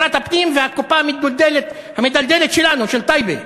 משרד הפנים והקופה המידלדלת שלנו, של טייבה.